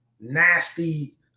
nasty